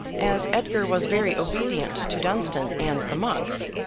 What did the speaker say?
as edgar was very obedient to dunstan and the monks,